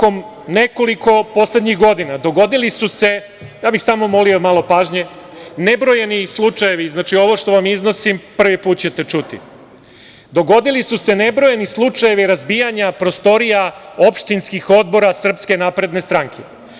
Tokom nekoliko poslednjih godina dogodili su se, ja bih samo molio malo pažnje, nebrojani slučajevi, znači ovo što vam iznosim prvi put ćete čuti, dogodili su se nebrojani slučajevi razbijanja prostorija opštinskih odbora SNS.